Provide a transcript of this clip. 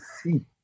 see